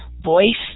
voice